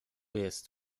jest